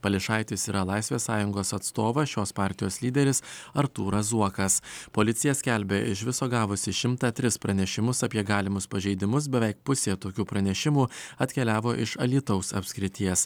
pališaitis yra laisvės sąjungos atstovas šios partijos lyderis artūras zuokas policija skelbia iš viso gavusi šimtą tris pranešimus apie galimus pažeidimus beveik pusė tokių pranešimų atkeliavo iš alytaus apskrities